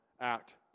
act